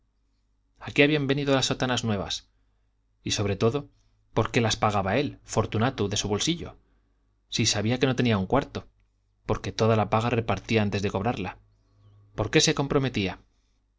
a qué habían venido las sotanas nuevas y sobre todo por qué las pagaba él fortunato de su bolsillo si sabía que no tenía un cuarto porque toda la paga repartía antes de cobrarla por qué se comprometía